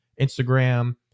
Instagram